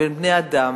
בין בני-אדם